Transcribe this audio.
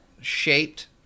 shaped